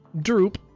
droop